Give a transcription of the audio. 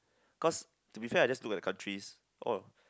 cause to be fair I just to the country or